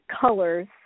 colors